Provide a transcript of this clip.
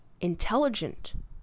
intelligent